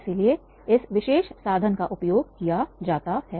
इसलिए इस विशेष साधन का उपयोग किया जाता है